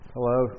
Hello